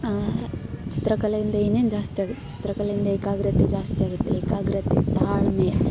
ಚಿತ್ರಕಲೆಯಿಂದ ಏನೇನು ಜಾಸ್ತಿ ಆಗುತ್ತೆ ಚಿತ್ರಕಲೆಯಿಂದ ಏಕಾಗ್ರತೆ ಜಾಸ್ತಿ ಆಗುತ್ತೆ ಏಕಾಗ್ರತೆ ತಾಳ್ಮೆ